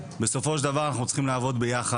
בסופו של דבר אנחנו צריכים לעבוד ביחד